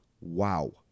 Wow